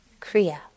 kriya